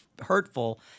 hurtful